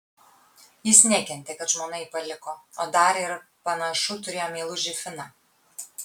jis nekentė kad žmona jį paliko o dar ir panašu turėjo meilužį finą